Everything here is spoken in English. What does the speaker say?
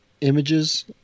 images